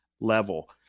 level